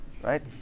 right